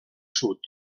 sud